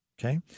Okay